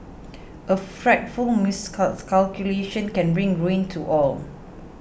a frightful miscalculation can bring ruin to all